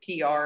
PR